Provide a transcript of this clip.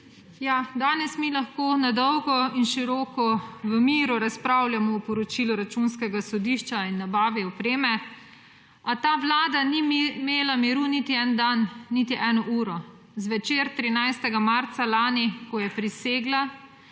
Danes mi lahko na dolgo in široko v miru razpravljamo o poročilu Računskega sodišča in nabave opreme. A ta vlada ni imela miru niti en dan, niti ene ure. Zvečer, 13. marca lani, ko je prisegla,